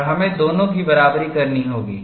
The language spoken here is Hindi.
और हमें दोनों की बराबरी करनी होगी